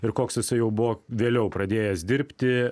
ir koks jisai jau buvo vėliau pradėjęs dirbti